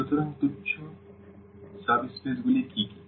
সুতরাং তুচ্ছ সাব স্পেসগুলি কী কী